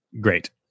Great